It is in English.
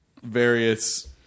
Various